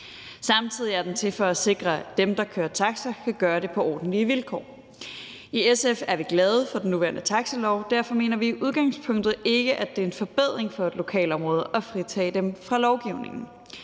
Samtidig er den til for at sikre, at dem, der kører taxa, kan gøre det på ordentlige vilkår. I SF er vi glade for den nuværende taxilov. Derfor mener vi i udgangspunktet ikke, at det er en forbedring for et lokalområde at fritage det fra lovgivningen.